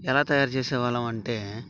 ఎలా తయారు చేసేవాళ్ళం అంటే